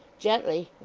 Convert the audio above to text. gently.